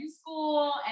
school